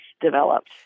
developed